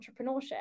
entrepreneurship